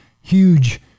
huge